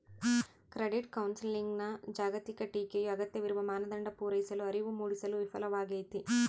credit ಕೌನ್ಸೆಲಿಂಗ್ನ ಜಾಗತಿಕ ಟೀಕೆಯು ಅಗತ್ಯವಿರುವ ಮಾನದಂಡ ಪೂರೈಸಲು ಅರಿವು ಮೂಡಿಸಲು ವಿಫಲವಾಗೈತಿ